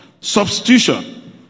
Substitution